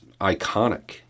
iconic